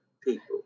people